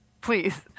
Please